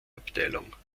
abteilung